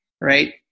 right